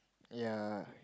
ya